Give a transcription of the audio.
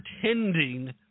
pretending